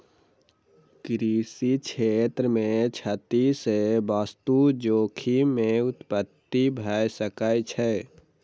कृषि क्षेत्र मे क्षति सॅ वास्तु जोखिम के उत्पत्ति भ सकै छै